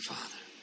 Father